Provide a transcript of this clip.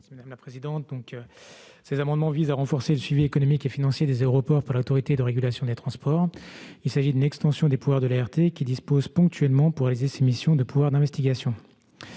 de la commission ? Ces amendements visent à renforcer le suivi économique et financier des aéroports par l'Autorité de régulation des transports. Il s'agit d'une extension des pouvoirs de l'ART qui dispose, ponctuellement, pour réaliser ses missions, de pouvoirs d'investigation.